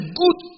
good